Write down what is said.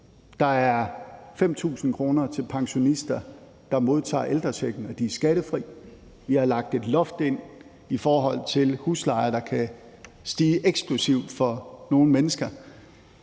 Der er 5.000 kr. til pensionister, der modtager ældrechecken, og de er skattefri. Vi har lagt et loft ind over huslejer, der kan stige eksplosivt. Og så